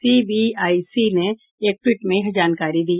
CBIC ने एक tweet में यह जानकारी दी